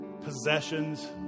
possessions